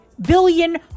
billion